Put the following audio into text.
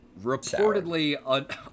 reportedly